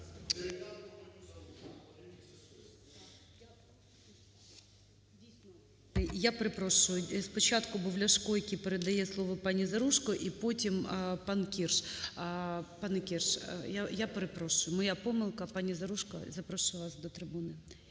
Я перепрошую. Спочатку був Ляшко, який передає слово паніЗаружко, і потім – пан Кірш. Пане Кірш, я перепрошую, моя помилка. ПаніЗаружко, запрошую вас до трибуни.